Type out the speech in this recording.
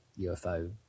UFO